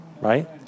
right